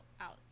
out